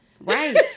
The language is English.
Right